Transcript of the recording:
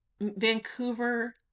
Vancouver